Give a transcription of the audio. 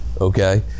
okay